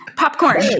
popcorn